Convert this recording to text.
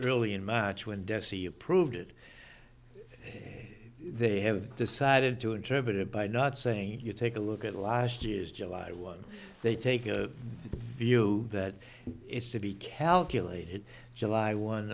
really in march when dessie approved it they have decided to interpret it by not saying you take a look at last year's july one they take a view that it's to be calculated july one